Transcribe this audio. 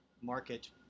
market